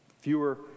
fewer